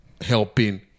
helping